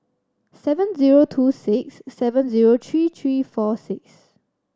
seven zero two six seven zero three three four six